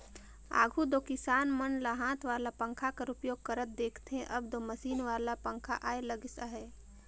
आघु दो किसान मन ल हाथ वाला पंखा कर उपयोग करत देखथे, अब दो मसीन वाला पखा आए लगिस अहे